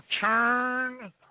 turn